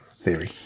theory